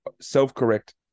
self-correct